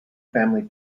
family